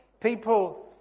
people